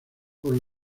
por